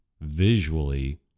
visually